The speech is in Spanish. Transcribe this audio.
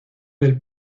del